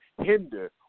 hinder